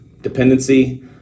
dependency